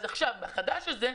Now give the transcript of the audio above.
עכשיו במצב החדש הזה,